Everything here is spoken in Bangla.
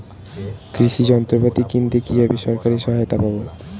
কৃষি যন্ত্রপাতি কিনতে কিভাবে সরকারী সহায়তা পাব?